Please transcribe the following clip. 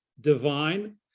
divine